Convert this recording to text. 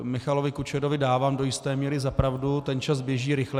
Michalovi Kučerovi dávám do jisté míry za pravdu, ten čas běží rychle.